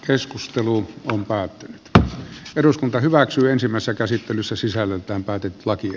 keskustelu on päättynyt että eduskunta hyväksyi ensimmäisen käsittelyssä sisällöltään päätit laki